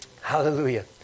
Hallelujah